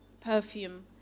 perfume